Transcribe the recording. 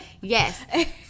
yes